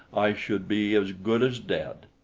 i should be as good as dead.